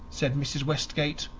said mrs. westgate.